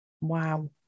Wow